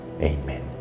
amen